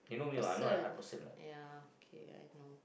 person yeah okay I know